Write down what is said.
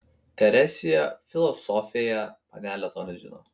teresėje filosofėje panelė to nežino